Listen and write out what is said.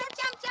um jump, yeah